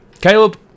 Caleb